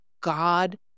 God